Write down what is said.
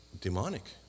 demonic